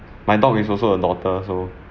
my dog is also a daughter so